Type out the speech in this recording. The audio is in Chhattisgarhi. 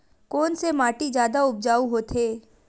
कोन से माटी जादा उपजाऊ होथे?